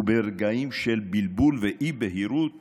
וברגעים של בלבול ואי-בהירות